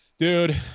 Dude